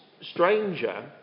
stranger